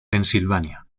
pensilvania